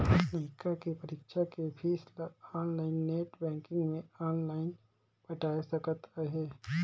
लइका के परीक्षा के पीस ल आनलाइन नेट बेंकिग मे आनलाइन पटाय सकत अहें